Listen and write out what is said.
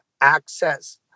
access